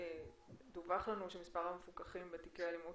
דווח לנו שמספר המפוקחים בתיקי אלימות